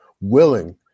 willing